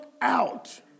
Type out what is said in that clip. out